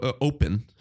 open